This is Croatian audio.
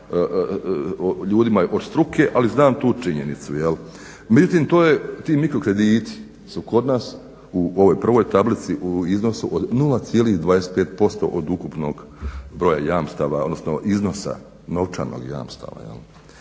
ljudima od struke ali znam tu činjenicu. Mislim to je ti mikro krediti su kod nas u ovoj prvoj tablici u iznosu od 0,25% od ukupnog broja jamstava odnosno iznosa novčanog jamstava.